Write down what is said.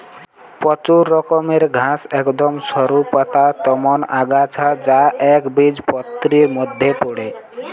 প্রচুর রকমের ঘাস একদম সরু পাতার মতন আগাছা যা একবীজপত্রীর মধ্যে পড়ে